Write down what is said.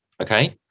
okay